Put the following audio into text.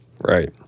right